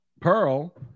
Pearl